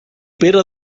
pere